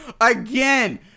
Again